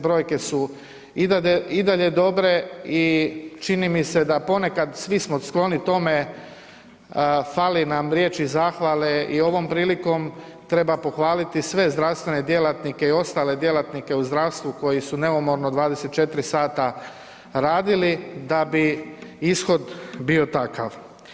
Brojke su i dalje dobre i čini mi se da ponekad svi smo skloni tome, fali nam riječi zahvale i ovom prilikom treba pohvaliti sve zdravstvene djelatnike i ostale djelatnike u zdravstvu koji su neumorno 24 sata radili da bi ishod bio takav.